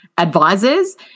Advisors